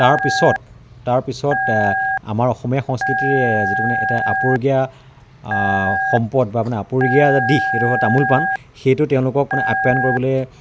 তাৰপিছত তাৰপিছত আমাৰ অসমীয়া সংস্কৃতিৰ যিটো মানে এটা আপুৰুগীয়া সম্পদ বা মানে আপুৰুগীয়া এটা দিশ সেইটো হ'ল তামোল পান সেইটো তেওঁলোকক মানে আপ্যায়ন কৰিবলৈ